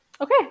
Okay